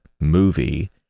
movie